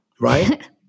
right